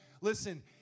listen